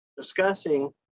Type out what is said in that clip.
discussing